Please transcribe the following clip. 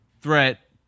threat